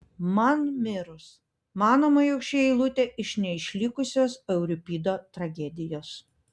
man mirus manoma jog ši eilutė iš neišlikusios euripido tragedijos